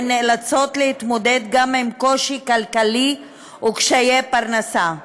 הן נאלצות להתמודד עם קושי כלכלי וקשיי פרנסה.